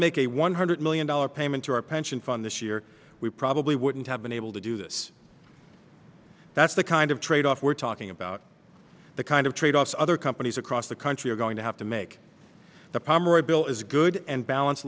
make a one hundred million dollars payment to our pension fund this year we probably wouldn't have been able to do this that's the kind of tradeoff we're talking about the kind of tradeoffs other companies across the country are going to have to make the pomeroy bill is a good and balance